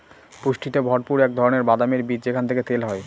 পুষ্টিতে ভরপুর এক ধরনের বাদামের বীজ যেখান থেকে তেল হয়